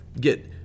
get